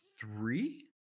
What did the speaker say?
three